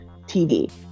TV